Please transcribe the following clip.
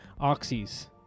oxys